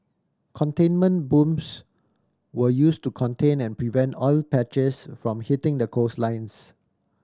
containment booms were used to contain and prevent oil patches from hitting the coastlines